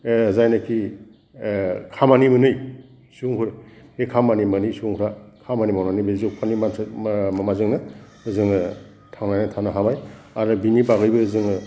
जायनाखि खामानि मोनै सुबुंफोर बे खामानि मोनै सुबुंफोरा खामानि मावनानै बे जब खार्दनि माबाजोंनो मोजोङै थांनानै थानो हानाय आरो बिनि बागैबो जोङो